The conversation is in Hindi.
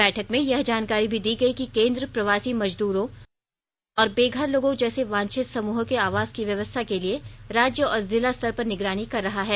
बैठक में यह जानकारी भी दी गई कि केंद्र प्रवासी मजदूरो और बेघर लोगों जैसे वांछित समूहों के आवास की व्यवस्था के लिए राज्य और जिला स्तर पर निगरानी कर रहा है